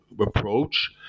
approach